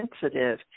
sensitive